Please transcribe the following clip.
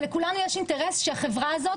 ולכולנו יש אינטרס שהחברה הזאת